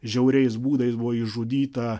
žiauriais būdais buvo išžudyta